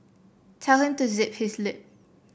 tell him to zip his lip